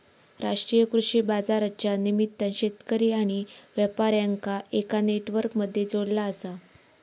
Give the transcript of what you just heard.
राष्ट्रीय कृषि बाजारच्या निमित्तान शेतकरी आणि व्यापार्यांका एका नेटवर्क मध्ये जोडला आसा